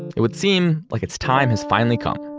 it would seem like its time has finally come,